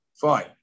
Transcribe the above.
fine